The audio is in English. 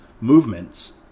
movements